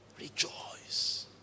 Rejoice